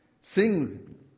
Sing